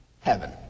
heaven